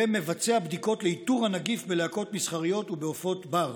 ומבצע בדיקות לאיתור הנגיף בלהקות מסחריות ובעופות בר.